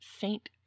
Saint